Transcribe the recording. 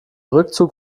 rückzug